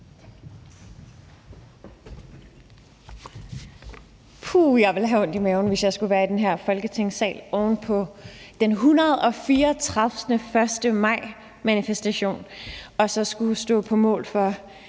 Puh, jeg ville have ondt i maven, hvis jeg skulle være i den her Folketingssal oven på den 134. 1. maj-manifestation og skulle stå på mål for